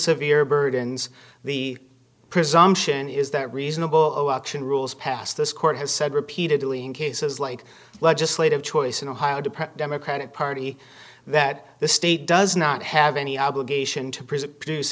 severe burdens the presumption is that reasonable action rules pass this court has said repeatedly in cases like legislative choice in ohio depressed democratic party that the state does not have any obligation to preserve produce